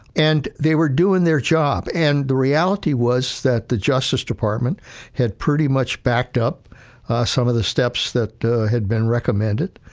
and they were doing their job and the reality was that the justice department had pretty much backed up some of the steps that had been recommended.